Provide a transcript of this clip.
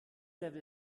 level